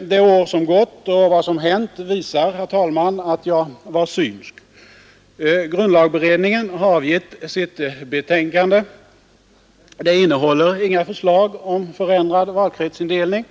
Det år som gått och vad som hänt visar, herr talman, att jag var synsk. Grundlagberedningen har avgett sitt betänkande. Det innehåller inga förslag om förändrad valkretsindelning.